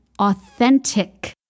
authentic